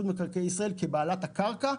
רשות מקרקעי ישראל כבעלת הקרקע,